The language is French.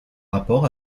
rapport